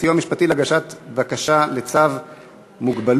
סיוע משפטי להגשת בקשה לצו מגבלות),